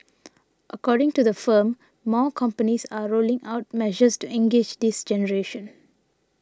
according to the firm more companies are rolling out measures to engage this generation